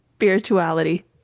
Spirituality